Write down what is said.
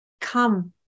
come